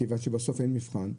כיוון שבסוף אין מבחן,